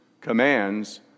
commands